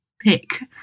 pick